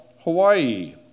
Hawaii